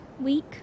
week